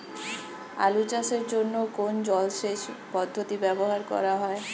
আলু চাষের জন্য কোন জলসেচ পদ্ধতি ব্যবহার করা ভালো?